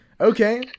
Okay